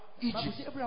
Egypt